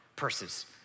purses